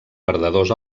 perdedors